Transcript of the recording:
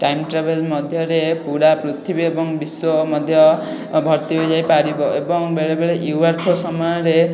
time travel ମଧ୍ୟରେ ପୁରା ପୃଥିବୀ ଏବଂ ବିଶ୍ଵ ମଧ୍ୟ ଭର୍ତ୍ତି ହୋଇଯାଇପାରିବ ଏବଂ ବେଳେ ବେଳେ ୟୁଏଫଓ ସମୟରେ